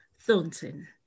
Thornton